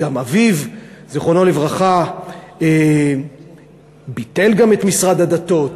אביו זיכרונו לברכה ביטל גם את משרד הדתות,